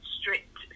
strict